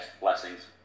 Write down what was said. Blessings